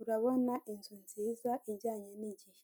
urabona inzu nziza ijyanye n' igihe.